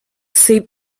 save